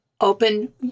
open